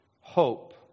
hope